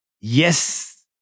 yes